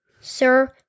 Sir